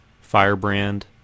Firebrand